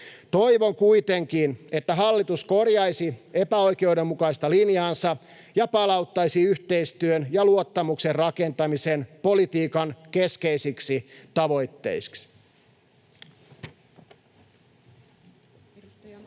Toivon kuitenkin, että hallitus korjaisi epäoikeudenmukaista linjaansa ja palauttaisi yhteistyön ja luottamuksen rakentamisen politiikan keskeisiksi tavoitteiksi. Edustaja